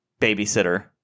babysitter